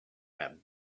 have